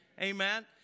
Amen